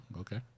Okay